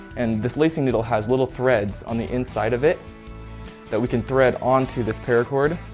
and this lacing needle has little threads on the inside of it that we can thread onto this paracord,